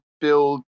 build